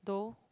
though